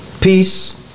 Peace